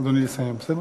אדוני, לסיים, בסדר?